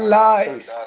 life